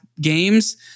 games